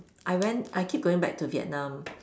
I went I keep going back to Vietnam